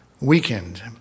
weakened